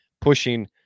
pushing